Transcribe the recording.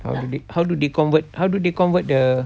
how do they how do they convert how do they convert the